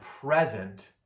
present